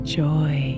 joy